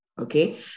Okay